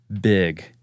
big